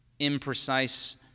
imprecise